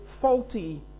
faulty